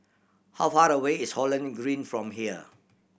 how far away is Holland Green from here